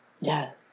yes